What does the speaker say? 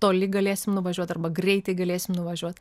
toli galėsim nuvažiuot arba greitai galėsim nuvažiuot